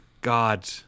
God